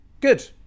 good